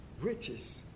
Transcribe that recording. riches